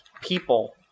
people